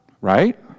Right